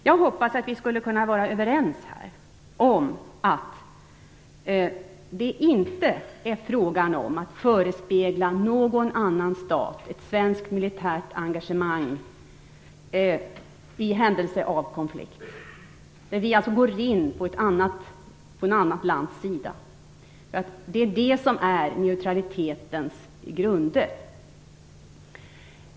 Jag hoppas att vi här skulle kunna vara överens om att det inte är fråga om att förespegla någon annan stat ett svenskt militärt engagemang i händelse av konflikt där vi går in på ett annat lands sida. Det är det som är neutralitetens kärna.